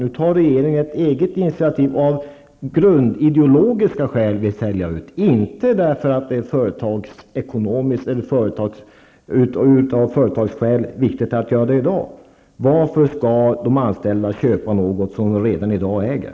Nu tar regeringen ett eget initiativ av grundideologiska skäl. Man vill sälja ut, men inte därför att det är viktigt av företagsskäl att göra det i dag. Varför skall de anställda köpa något som de redan i dag äger?